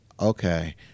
Okay